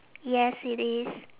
yes it is